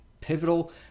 pivotal